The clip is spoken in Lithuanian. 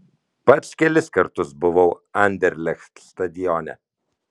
pats kelis kartus buvau anderlecht stadione